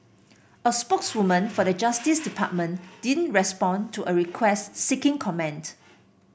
a spokeswoman for the Justice Department didn't respond to a request seeking comment